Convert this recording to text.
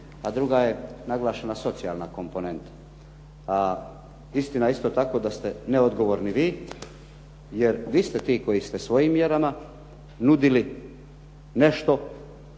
a druga je naglašena socijalne komponenta. A istina je isto tako da ste neodgovorni vi, jer vi ste ti koji ste svojim mjerama nudili nešto